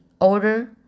order